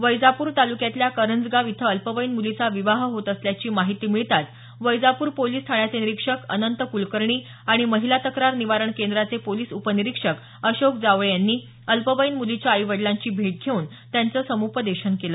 वैजाप्र तालुक्यातल्या करंजगाव इथं अल्पवयीन मुलीचा विवाह होत असल्याची माहिती मिळताच वैजापूर पोलीस ठाण्याचे निरीक्षक अनंत कुलकर्णी आणि महिला तक्रार निवारण केंद्राचे पोलीस उपनिरीक्षक अशोक जावळे यांनी अल्पवयीन मुलीच्या आई वडिलांची भेट घेऊन त्यांचं समुपदेशन केलं